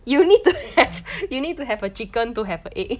egg